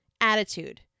Attitude